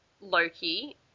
Loki